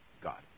God